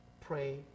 Pray